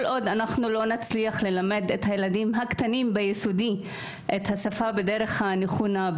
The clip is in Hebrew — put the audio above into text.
כל עוד לא נצליח ללמד את הילדים הקטנים ביסודי את השפה בדרך הנכונה,